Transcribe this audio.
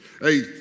Hey